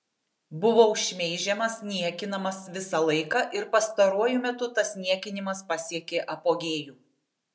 buvau šmeižiamas niekinamas visą laiką ir pastaruoju metu tas niekinimas pasiekė apogėjų